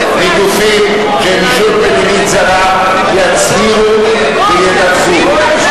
מגופים שהם ישות מדינית זרה, יצהירו וידווחו.